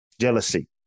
Jealousy